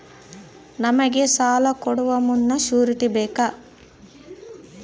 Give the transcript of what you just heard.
ನಮಗೆ ಸಾಲ ಕೊಡುವ ಮುನ್ನ ಶ್ಯೂರುಟಿ ಬೇಕಾ?